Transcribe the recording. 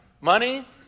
money